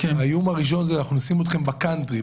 האיום הראשון הוא אנחנו נשים אתכם בקאנטרי,